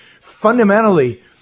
fundamentally